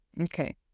Okay